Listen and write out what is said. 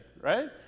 right